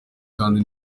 kandi